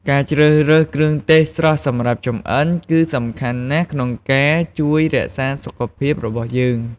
ការជ្រើសរើសគ្រឿងទេសស្រស់សម្រាប់ចម្អិន គឺសំខាន់ណាស់ក្នុងការរជួយរក្សាសុខភាពរបស់យើង។